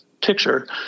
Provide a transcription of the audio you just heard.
Picture